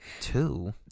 Two